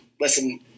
listen